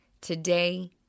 today